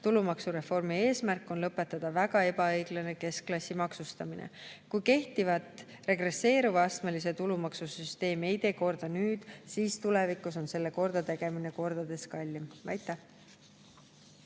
Tulumaksureformi eesmärk on lõpetada väga ebaõiglane keskklassi maksustamine. Kui kehtivat regresseeruvat astmelist tulumaksusüsteemi ei tee korda nüüd, siis tulevikus on selle kordategemine kordades kallim. Aitäh!